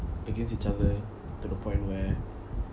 against each other to the point where